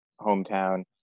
hometown –